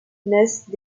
naissent